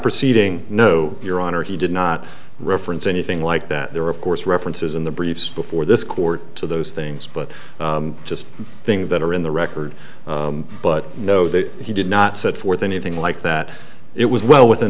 proceeding no your honor he did not reference anything like that there are of course references in the briefs before this court to those things but just things that are in the record but know that he did not set forth anything like that it was well within